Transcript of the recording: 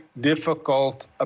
difficult